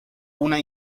una